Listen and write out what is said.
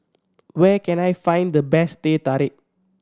where can I find the best Teh Tarik